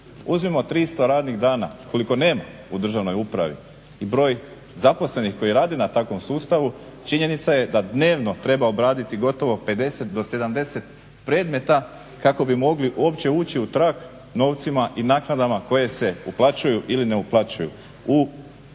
Uzmimo 300 radnih dana koliko nema u državnoj upravi i broj zaposlenih koji rade na takvom sustavu, činjenica je da dnevno treba odraditi gotovo 50 do 70 predmeta kako bi uopće mogli ući u trag novcima i naknadama koje se uplaćuju ili ne uplaćuju